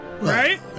right